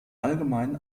allgemein